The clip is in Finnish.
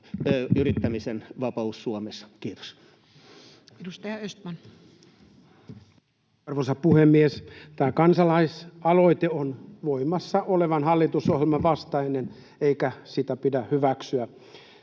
turkistarhattomaan Suomeen Time: 18:14 Content: Arvoisa puhemies! Tämä kansalaisaloite on voimassa olevan hallitusohjelman vastainen, eikä sitä pidä hyväksyä.